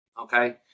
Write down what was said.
Okay